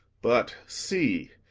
but, see,